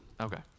okay